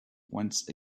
once